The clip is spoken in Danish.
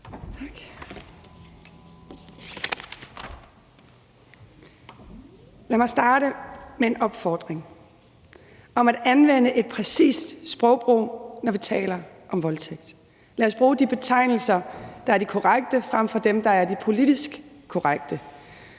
Lad mig starte med en opfordring om at anvende et præcist sprogbrug, når vi taler om voldtægt. Lad os bruge de betegnelser, der er de korrekte, frem for dem, der er de politisk korrekte.